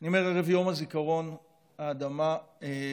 אני אומר: ערב יום הזיכרון האדמה רעדה